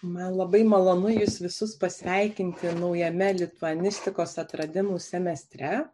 man labai malonu jus visus pasveikinti naujame lituanistikos atradimų semestre